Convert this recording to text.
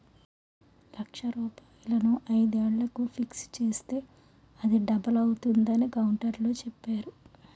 లక్ష రూపాయలను ఐదు ఏళ్లకు ఫిక్స్ చేస్తే అది డబుల్ అవుతుందని కౌంటర్లో చెప్పేరు